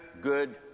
good